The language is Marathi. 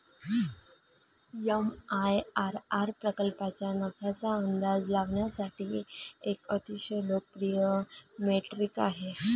एम.आय.आर.आर प्रकल्पाच्या नफ्याचा अंदाज लावण्यासाठी एक अतिशय लोकप्रिय मेट्रिक आहे